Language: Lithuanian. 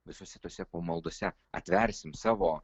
visose tose pamaldose atversim savo